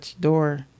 door